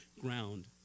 ground